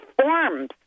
forms